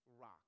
rock